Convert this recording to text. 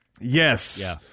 Yes